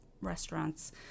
restaurants